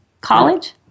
college